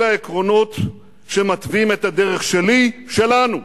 אלה העקרונות שמתווים את הדרך שלי, שלנו.